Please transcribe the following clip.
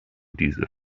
diese